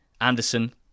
Anderson